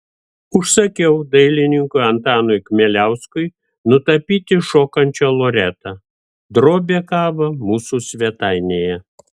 užsakiau dailininkui antanui kmieliauskui nutapyti šokančią loretą drobė kabo mūsų svetainėje